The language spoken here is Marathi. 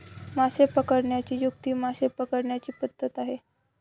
मासे पकडण्याची युक्ती मासे पकडण्याची पद्धत आहे